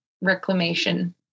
reclamation